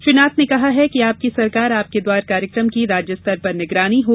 श्री नाथ ने कहा है कि आपकी सरकार आपके द्वार कार्यक्रम की राज्य स्तर पर निगरानी हो